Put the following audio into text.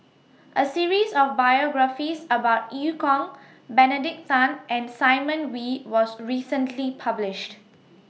A series of biographies about EU Kong Benedict Tan and Simon Wee was recently published